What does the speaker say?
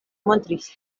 montris